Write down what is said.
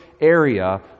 area